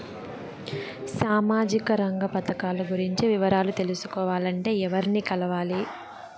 సామాజిక రంగ పథకాలు గురించి వివరాలు తెలుసుకోవాలంటే ఎవర్ని కలవాలి?